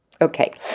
Okay